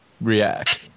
react